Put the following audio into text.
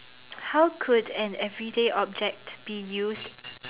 how could an everyday object be used